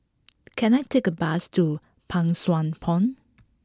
can I take a bus to Pang Sua Pond